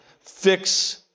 fix